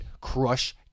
crush